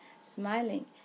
smiling